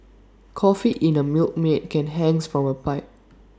coffee in A Milkmaid can hangs from A pipe